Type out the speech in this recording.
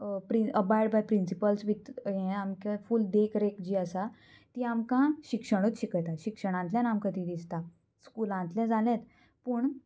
pre abide by principles with हें आमकां full देखरेख जी आसा ती आमकां शिक्षणूच शिकयता शिक्षणांतल्यान आमकां ती दिसता स्कुलांतले जालेंच पूण